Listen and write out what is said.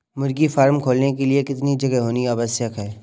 मुर्गी फार्म खोलने के लिए कितनी जगह होनी आवश्यक है?